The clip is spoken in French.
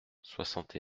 soixante